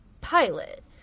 pilot